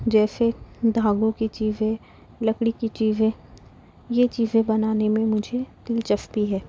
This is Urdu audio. جیسے دھاگوں کی چیزیں لکڑی کی چیزیں یہ چیزیں بنانے میں مجھے دلچسپی ہے